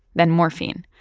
than morphine.